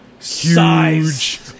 Huge